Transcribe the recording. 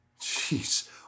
Jeez